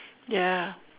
ya